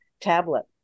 tablet